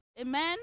Amen